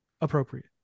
appropriate